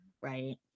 right